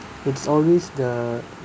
it's always the